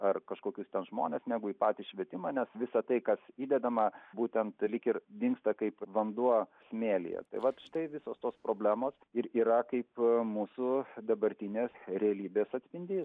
ar kažkokius žmones negu į patį švietimą nes visa tai kas įdedama būtent lyg ir dingsta kaip vanduo smėlyje vat štai visos tos problemos ir yra kaip mūsų dabartinės realybės atspindys